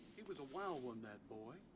he was a wild one, that boy.